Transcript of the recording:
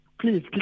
please